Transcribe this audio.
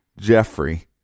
Jeffrey